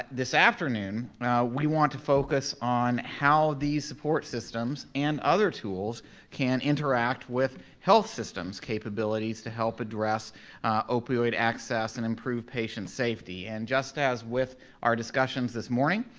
but this afternoon we want to focus on how these support systems and other support tools can interact with health systems capabilities to help address opioid access and improve patient safety. and just as with our discussions this morning,